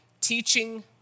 teaching